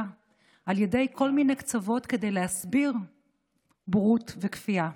על ידי כל מיני קצוות כדי להסביר בורות וכפייה.